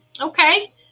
Okay